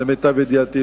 למיטב ידיעתי,